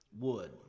Wood